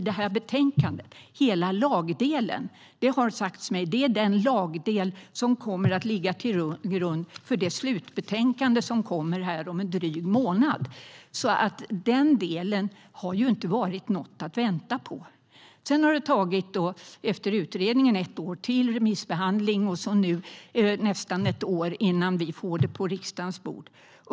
Det har sagts mig att hela lagdelen som finns i det här betänkandet är den lagdel som kommer att ligga till grund för det slutbetänkande som kommer om en dryg månad. Så den delen har ju inte varit något att vänta på. Efter utredningen har det tagit ytterligare ett år med remissbehandling och dylikt innan vi har fått förslaget på riksdagens bord.